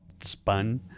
spun